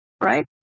right